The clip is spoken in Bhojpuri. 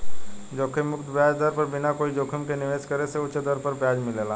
जोखिम मुक्त ब्याज दर पर बिना कोई जोखिम के निवेश करे से उच दर पर ब्याज मिलेला